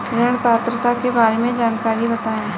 ऋण पात्रता के बारे में जानकारी बताएँ?